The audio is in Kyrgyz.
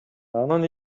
анын